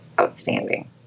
outstanding